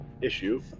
issue